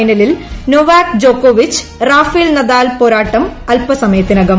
ഫൈനലിൽ നൊവാക് ജോകോവിച്ച് Rafael Nadal പോരാട്ടം അല്പ സമയത്തിനകം